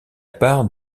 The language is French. part